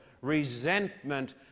resentment